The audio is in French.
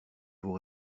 vos